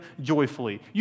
joyfully